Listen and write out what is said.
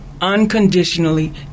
unconditionally